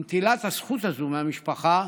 נטילת הזכות הזאת מהמשפחה